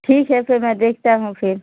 ठीक है फिर मैं देखती हूँ फिर